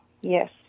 Yes